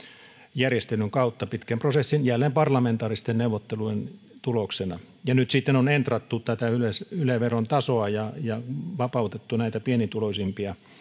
järjestelyn kautta pitkän prosessin ja jälleen parlamentaaristen neuvottelujen tuloksena nyt sitten on entrattu tätä yle yle veron tasoa ja ja vapautettu pienituloisimpia